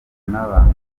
n’abantu